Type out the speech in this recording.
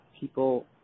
people –